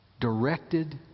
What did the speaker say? directed